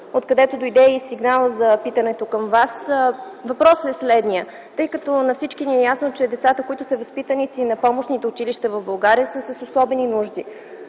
откъдето дойде и сигналът за питането към Вас. Въпросът е следният. На всички ни е ясно, че децата, които са възпитаници на помощните училища в България, са с особени нужди.